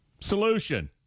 Solution